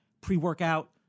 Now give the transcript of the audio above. pre-workout